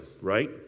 right